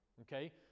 Okay